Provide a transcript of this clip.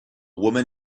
woman